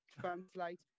Translate